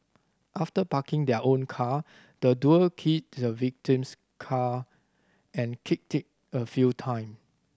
after parking their own car the duo keyed the victim's car and kicked it a few time